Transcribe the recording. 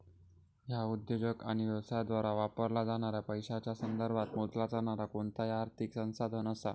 ह्या उद्योजक आणि व्यवसायांद्वारा वापरला जाणाऱ्या पैशांच्या संदर्भात मोजला जाणारा कोणताही आर्थिक संसाधन असा